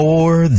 More